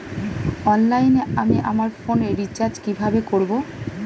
অনলাইনে আমি আমার ফোনে রিচার্জ কিভাবে করব?